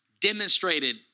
demonstrated